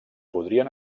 podrien